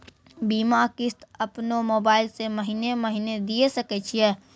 बीमा किस्त अपनो मोबाइल से महीने महीने दिए सकय छियै?